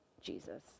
Jesus